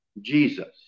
Jesus